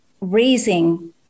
raising